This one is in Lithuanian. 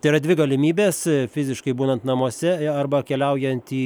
tai yra dvi galimybės fiziškai būnant namuose arba keliaujant į